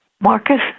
Marcus